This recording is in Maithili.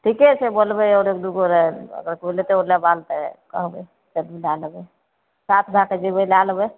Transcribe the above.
ठीके छै बोलबय आओर एक दूगो अगर कोइ लेतय लगायल तऽ कहबय तब लए लेबय साथ भए कऽ जेबय लए लेबय